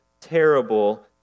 terrible